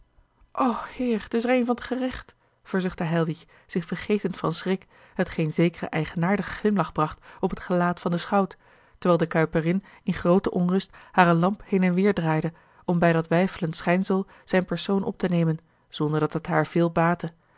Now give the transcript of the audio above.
o heer t is er een van t gerecht verzuchtte heilwich zich vergetend van schrik hetgeen zekeren eigenaardigen glimlach bracht op het gelaat van den schout terwijl de kuiperin in groote onrust hare lamp heen en weêr draaide om bij dat weifelend schijnsel zijn persoon op te nemen zonderdat het haar veel baatte